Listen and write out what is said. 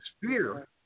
fear